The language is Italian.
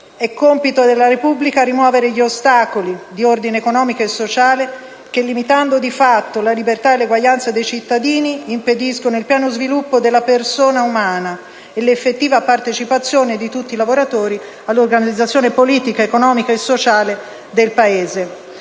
È compito della Repubblica rimuovere gli ostacoli di ordine economico e sociale, che, limitando di fatto la libertà e l'eguaglianza dei cittadini, impediscono il pieno sviluppo della persona umana e l'effettiva partecipazione di tutti i lavoratori all'organizzazione politica, economica e sociale del Paese».